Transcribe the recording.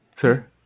sir